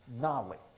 knowledge